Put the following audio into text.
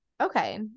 Okay